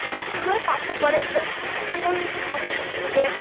ଆମେ ଆମର ପାଠ ପଢ଼େଇଲୁ ସିଏ ତାଙ୍କର ଯଦି ନ ପାଠ ପଢ଼ିବେ